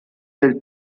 del